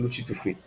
תלות שיתופית –